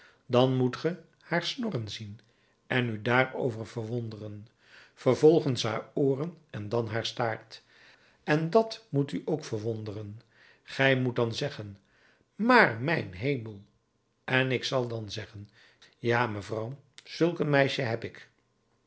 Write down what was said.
dan moet ge haar snorren zien en u daarover verwonderen vervolgens haar ooren en dan haar staart en dat moet u ook verwonderen gij moet dan zeggen maar mijn hemel en ik zal dan zeggen ja mevrouw zulk een meisje heb ik